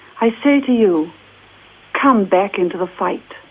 i say to you come back into the fight.